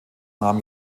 nahm